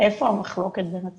איפה המחלוקת בין הצדדים.